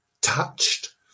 Touched